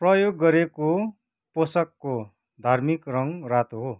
प्रयोग गरिएको पोसाकको धार्मिक रङ रातो हो